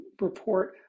report